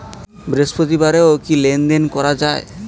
বৃহস্পতিবারেও কি লেনদেন করা যায়?